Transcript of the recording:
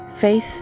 Faith